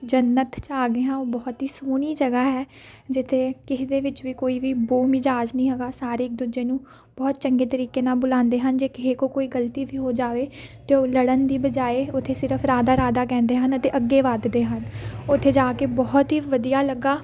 ਜੰਨਤ 'ਚ ਆ ਗਏ ਹਾਂ ਉਹ ਬਹੁਤ ਹੀ ਸੋਹਣੀ ਜਗ੍ਹਾ ਹੈ ਜਿੱਥੇ ਕਿਸੇ ਦੇ ਵਿੱਚ ਵੀ ਕੋਈ ਵੀ ਬੋ ਮਿਜਾਜ ਨਹੀਂ ਹੈਗਾ ਸਾਰੇ ਇੱਕ ਦੂਜੇ ਨੂੰ ਬਹੁਤ ਚੰਗੇ ਤਰੀਕੇ ਨਾਲ ਬੁਲਾਉਂਦੇ ਹਨ ਜੇ ਕਿਸੇ ਕੋਲ ਕੋਈ ਗਲਤੀ ਵੀ ਹੋ ਜਾਵੇ ਤਾਂ ਉਹ ਲੜਨ ਦੀ ਬਜਾਇ ਉੱਥੇ ਸਿਰਫ ਰਾਧਾ ਰਾਧਾ ਕਹਿੰਦੇ ਹਨ ਅਤੇ ਅੱਗੇ ਵੱਧਦੇ ਹਨ ਉੱਥੇ ਜਾ ਕੇ ਬਹੁਤ ਹੀ ਵਧੀਆ ਲੱਗਾ